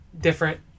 different